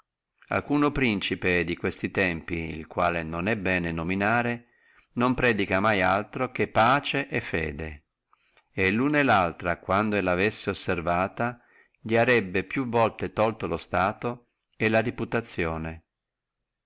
alcuno principe de presenti tempi quale non è bene nominare non predica mai altro che pace e fede e delluna e dellaltra è inimicissimo e luna e laltra quando e lavessi osservata li arebbe più volte tolto o la reputazione